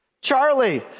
Charlie